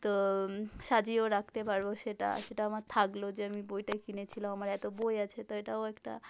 তো সাজিয়েও রাখতে পারব সেটা সেটা আমার থাকলে যে আমি বইটা কিনেছিলাম আমার এত বই আছে তো এটাও একটা